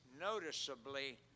noticeably